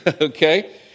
okay